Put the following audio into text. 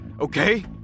okay